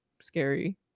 scary